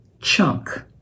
chunk